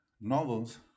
novels